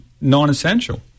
non-essential